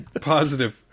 Positive